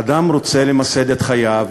אדם רוצה למסד את חייו,